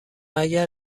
اگر